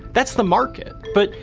that's the market. but,